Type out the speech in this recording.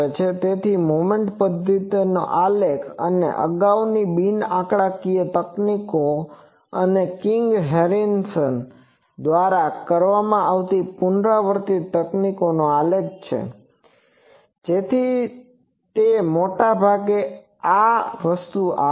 તે મોમેન્ટ પદ્ધતિનો આલેખ અને અગાઉની બિનઆંકડાકીય તકનીકો અને કિંગ હેરિસન દ્વારા કરવામાં આવતી પુનરાવર્તિત તકનીકોનો આલેખ છે જેથી તે મોટા ભાગે આ આપે છે